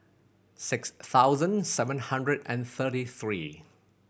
six thousand seven hundred and thirty three